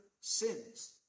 sins